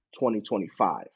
2025